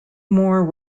more